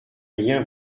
rien